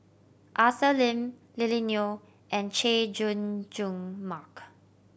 Arthur Lim Lily Neo and Chay Jung Jun Mark